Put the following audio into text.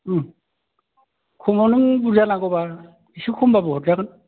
खमाव नों बुरजा नांगौबा एसे खमबाबो हरजागोन